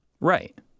Right